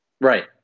Right